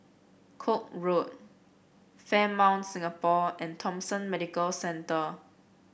Koek Road Fairmont Singapore and Thomson Medical Centre